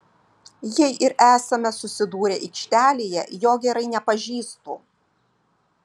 jei ir esame susidūrę aikštelėje jo gerai nepažįstu